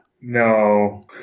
No